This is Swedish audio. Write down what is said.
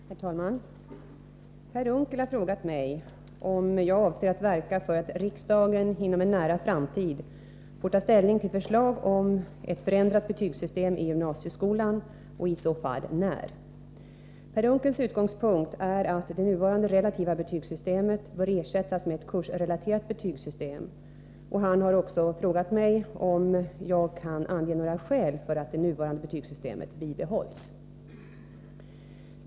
Herr talman! Per Unckel har frågat mig om jag avser att verka för att riksdagen inom en nära framtid får ta ställning till förslag om ett förändrat betygssystem i gymnasieskolan och i så fall när. Per Unckels utgångspunkt är att det nuvarande relativa betygssystemet bör ersättas med ett kursrelaterat betygssystem, och han har också frågat mig om jag kan ange några skäl för att det nuvarande betygssystemet bibehålls.